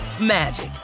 magic